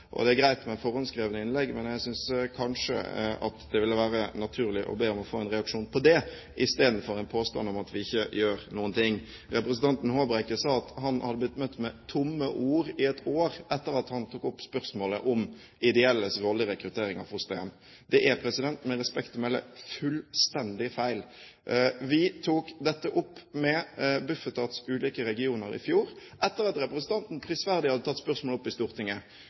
Det er greit med forhåndsskrevne innlegg, men jeg synes kanskje at det ville være naturlig å be om å få en reaksjon på det, istedenfor en påstand om at vi ikke gjør noen ting. Representanten Håbrekke sa at han hadde blitt møtt med «tomme ord» i et år etter at han tok opp spørsmålet om ideelles rolle i rekruttering av fosterhjem. Det er, med respekt å melde, fullstendig feil. Vi tok dette opp med Bufetats ulike regioner i fjor, etter at representanten prisverdig hadde tatt spørsmålet opp i Stortinget.